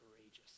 courageous